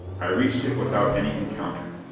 i reached it without any encounter.